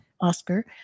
Oscar